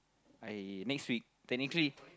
I next week technically